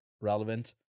relevant